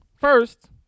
First